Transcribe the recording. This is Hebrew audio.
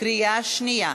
קריאה שנייה.